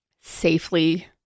safely